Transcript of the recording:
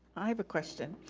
i have a question.